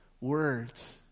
words